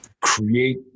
create